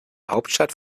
hauptstadt